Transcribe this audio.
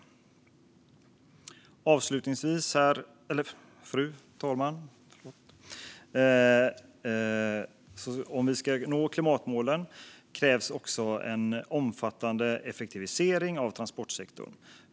Avslutningsvis, fru talman: Om vi ska nå klimatmålen krävs också en omfattande effektivisering av transportsektorn.